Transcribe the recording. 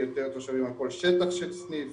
יותר תושבים על כל שטח של סניף